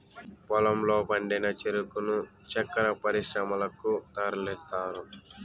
పొలంలో పండిన చెరుకును చక్కర పరిశ్రమలకు తరలిస్తారు